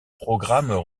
programmes